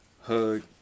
Hug